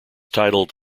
titled